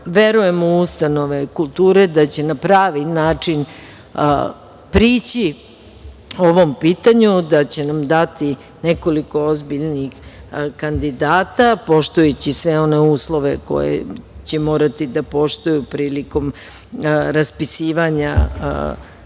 Verujem u ustanove kulture da će na pravi način prići ovom pitanju, da će nam dati nekoliko ozbiljnih kandidata, poštujući sve one uslove koje će morati da poštuju prilikom raspisivanja,